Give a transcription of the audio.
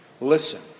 Listen